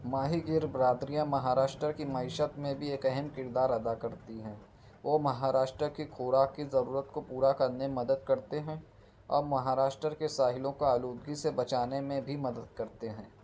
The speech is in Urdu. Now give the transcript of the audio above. ماہی گیر برادریاں مہاراشٹر کی معیشت میں بھی ایک اہم کردار ادا کرتی ہیں وہ مہاراشٹر کی خوراک کی ضرورت کو پورا کرنے میں مدد کرتے ہیں اور مہاراشٹر کے ساحلوں کا آلودگی سے بچانے میں بھی مدد کرتے ہیں